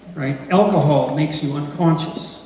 right? alcohol makes you unconscious,